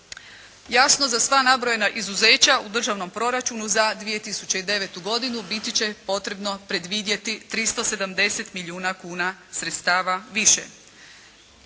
Jasno za sva nabrojena izuzeća u državnom proračunu za 2009. godinu biti će potrebno predvidjeti 370 milijuna kuna sredstava više.